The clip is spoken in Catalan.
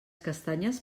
castanyes